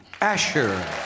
Asher